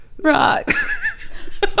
rocks